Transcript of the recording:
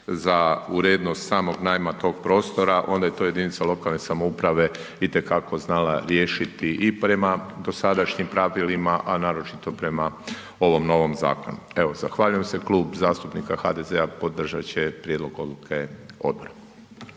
za urednost samog najma tog prostora onda je to jedinica lokalne samouprave itekako znala riješiti i prema dosadašnjim pravilima a naročito prema ovom novom zakonu. Evo, zahvaljujem se, Klub zastupnika HDZ-a podržati će prijedlog odluke odbora.